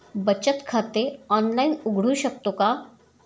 बचत खाते ऑनलाइन उघडू शकतो का?